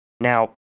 Now